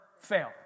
fail